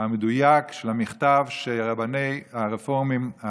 המדויק של המכתב של רבני הרפורמים.